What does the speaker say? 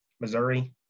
Missouri